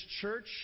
church